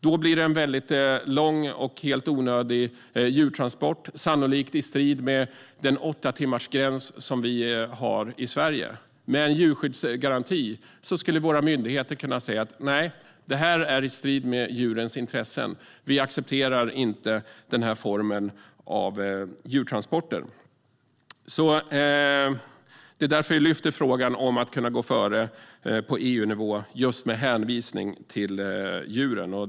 Det blir en väldigt lång och helt onödig djurtransport, sannolikt i strid med den åttatimmarsgräns vi har i Sverige. Med en djurskyddsgaranti skulle våra myndigheter kunna säga: Nej, detta är i strid med djurens intressen. Vi accepterar inte den här formen av djurtransporter. Det är därför vi lyfter fram frågan om att kunna gå före på EU-nivå - just med hänvisning till djuren.